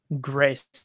grace